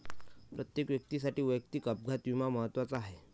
प्रत्येक व्यक्तीसाठी वैयक्तिक अपघात विमा महत्त्वाचा आहे